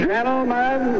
Gentlemen